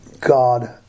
God